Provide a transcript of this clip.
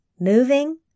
moving